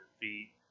feet